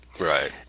right